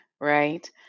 Right